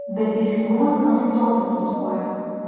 bet teisingumas anaiptol netriumfuoja